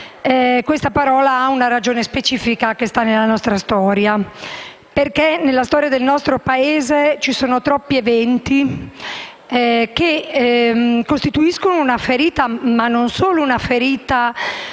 che però ha una ragione specifica, che sta nella nostra storia. Nella storia del nostro Paese ci sono troppi eventi che costituiscono una ferita, non solo per